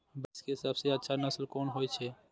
भैंस के सबसे अच्छा नस्ल कोन होय छे?